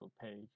page